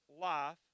life